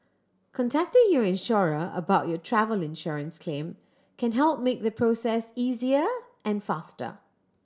contacting your insurer about your travel insurance claim can help make the process easier and faster